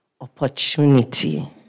opportunity